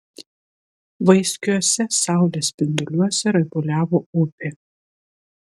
vaiskiuose saulės spinduliuose raibuliavo upė